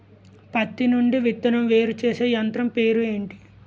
పత్తి నుండి విత్తనం వేరుచేసే యంత్రం పేరు ఏంటి